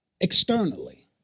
Externally